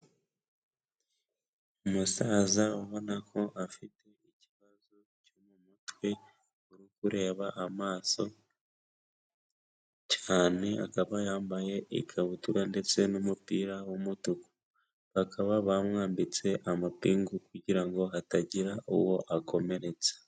Umusaza ubona ko afite ikibazo cyo mu mutwe uri kureba amaso cyane, akaba yambaye ikabutura ndetse n'umupira w'umutuku, bakaba bamwambitse amapingu kugira ngo hatagira uwo akomeretsa.